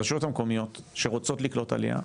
הרשויות המקומיות שרוצות לקלוט עלייה,